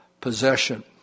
possession